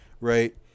right